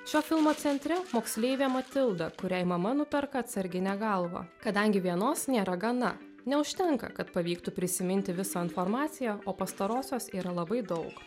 šio filmo centre moksleivė matilda kuriai mama nuperka atsarginę galvą kadangi vienos nėra gana neužtenka kad pavyktų prisiminti visą informaciją o pastarosios yra labai daug